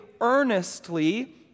earnestly